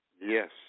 yes